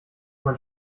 mein